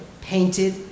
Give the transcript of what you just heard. painted